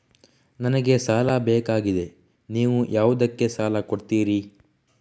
ನನಗೆ ಸಾಲ ಬೇಕಾಗಿದೆ, ನೀವು ಯಾವುದಕ್ಕೆ ಸಾಲ ಕೊಡ್ತೀರಿ?